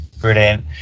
brilliant